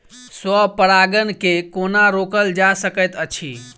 स्व परागण केँ कोना रोकल जा सकैत अछि?